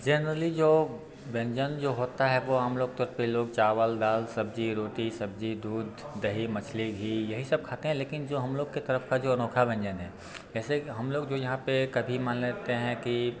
generally जो व्यंजन जो होता है वो हम लोग तौर पे लोग चावल दाल सब्जी रोटी सब्जी दूध दही मछली घी यही सब खाते हैं लेकिन जो हम लोग के तरफ का जो अनोखा व्यंजन है जैसे कि हम लोग जो यहाँ पे कभी मान लेते हैं कि